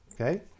Okay